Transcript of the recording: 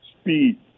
Speed